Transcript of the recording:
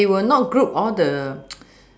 but they will not group all the